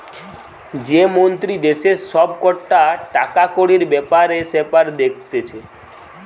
যে মন্ত্রী দেশের সব কটা টাকাকড়ির বেপার সেপার দেখছে